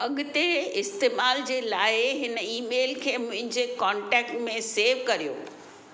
अॻिते इस्तेमाल जे लाइ हिन ईमेल खे मुंहिंजे कोंटेक्ट में सेव करियो